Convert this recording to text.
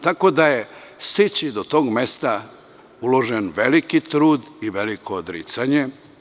Tako da je, stići do tog mesta uložen veliki trud i veliko odricanje.